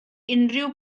unrhyw